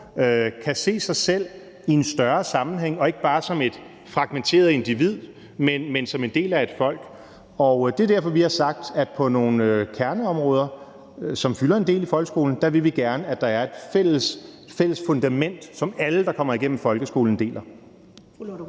kan se sig selv i en større sammenhæng og ikke bare som et fragmenteret individ, men som en del af et folk. Det er derfor, vi har sagt, at på nogle kerneområder, som fylder en del i folkeskolen, vil vi gerne, at der er et fælles fundament, som alle, der kommer igennem folkeskolen, deler.